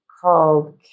called